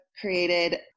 created